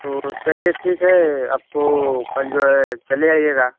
तो चलिए ठीक है आपको कल जो है चले आइएगा